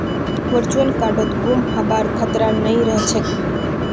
virtual कार्डत गुम हबार खतरा नइ रह छेक